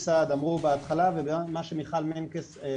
סעד אמרו בהתחלה וגם במה שאמרה מיכל מנקס.